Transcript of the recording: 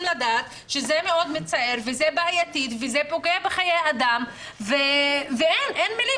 לדעת שזה מאוד מצער וזה בעייתי וזה פוגע בחיי אדם ואין מילים